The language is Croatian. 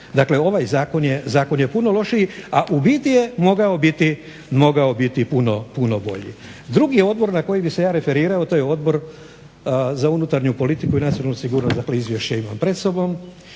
Dakle ovaj zakon je puno lošiji, a u biti je mogao biti puno bolji. Drugi odbor na koji bi se ja referirao to je Odbor za unutarnju politiku i nacionalnu sigurnost, dakle izvješće imam pred sobom.